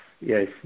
Yes